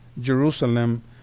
Jerusalem